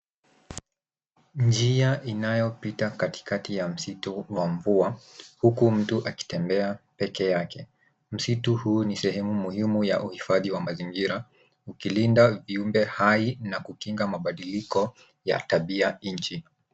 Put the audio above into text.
Njia inayopita katikati ya msitu wa mvua huku mtu akitembea peke yake. Msitu huu ni sehemu muhimu ya uhifadhi wa mazingira ukilinda viumbe hai na kukinga mabadiliko ya tabia nchi.